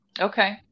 Okay